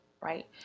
Right